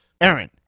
Aaron